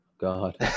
God